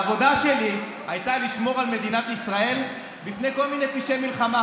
העבודה שלי הייתה לשמור על מדינת ישראל מפני כל מיני פשעי מלחמה